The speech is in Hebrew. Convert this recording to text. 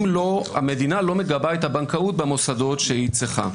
המדינה לא מגבה את הבנקאות במוסדות שהיא צריכה.